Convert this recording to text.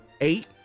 Eight